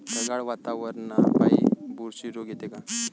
ढगाळ वातावरनापाई बुरशी रोग येते का?